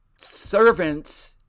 servants